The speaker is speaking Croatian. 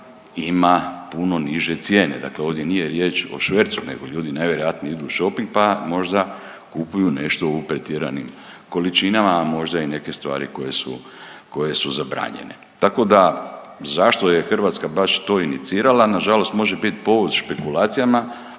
Mađarska ima puno niže cijene, dakle ovdje nije riječ o švercu, nego ljudi najvjerojatnije idu u šoping pa možda kupuju nešto u pretjeranim količinama, a možda i neke stvari koje su zabranjene. Tako da zašto je Hrvatska baš to inicirala nažalost može biti povod špekulacijama